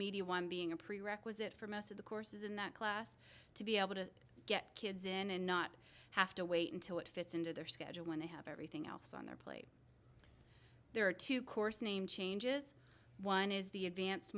media one being a prerequisite for most of the courses in that class to be able to get kids in and not have to wait until it fits into their schedule when they have everything else on their plate there are two course name changes one is the advanced